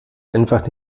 einfach